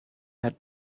had